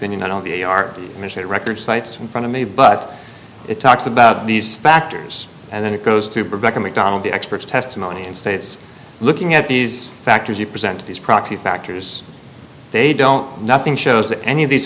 p record cites in front of me but it talks about these factors and then it goes to production macdonald the expert testimony and states looking at these factors you present to these proxy factors they don't nothing shows that any of these